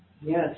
Yes